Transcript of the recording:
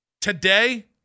Today